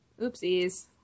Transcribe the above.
Oopsies